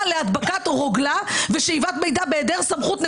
להדבקת רוגלה ושאיבת מידע בהיעדר סמכות,